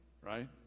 right